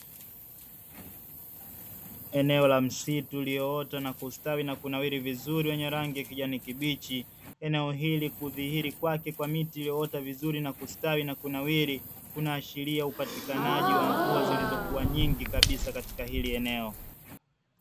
Eneo la msitu uliyoota na kustawi na kunawiri vizuri wenye rangi ya kijani kibichi, eneo hili kudhihiri kwake kwa miti iliyoota vizuri na kustawi na kunawiri kunaashiria upatikanaji wa mvua zilizokuwa nyingi kabisa katika hili eneo.